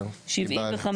וגם 74. בסדר, קיבלת.